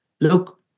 look